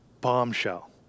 bombshell